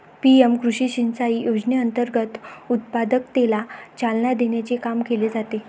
PM कृषी सिंचाई योजनेअंतर्गत उत्पादकतेला चालना देण्याचे काम केले जाते